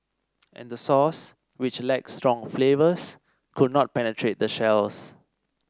and the sauce which lacked strong flavours could not penetrate the shells